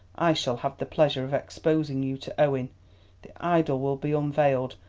i shall have the pleasure of exposing you to owen the idol will be unveiled,